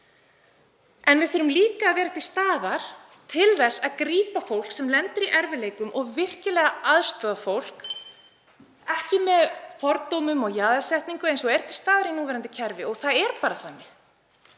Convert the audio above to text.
En við þurfum líka að vera til staðar til þess að grípa fólk sem lendir í erfiðleikum og virkilega aðstoða það en ekki með fordómum og jaðarsetningu eins og er til staðar í núverandi kerfi. Það er ekki þannig